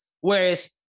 whereas